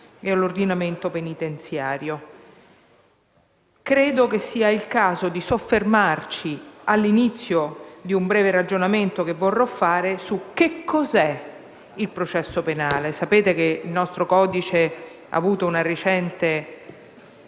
e all'ordinamento penitenziario». Credo che sia il caso di soffermarci, all'inizio di un breve ragionamento che vorrò fare, su cosa sia il processo penale. Sapete che il nostro codice ha subito una recente